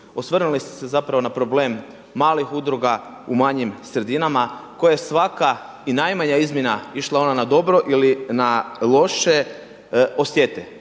Osvrnuli ste se zapravo na problem malih udruga u manjim sredinama koja svaka i najmanja izmjena išla ona na dobro ili na loše osjete,